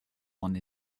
one